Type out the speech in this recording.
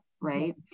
Right